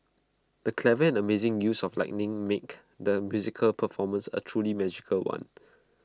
the clever and amazing use of lighting make the musical performance A truly magical one